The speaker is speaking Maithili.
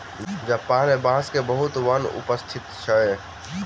जापान मे बांस के बहुत वन उपस्थित अछि